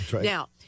Now